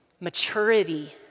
maturity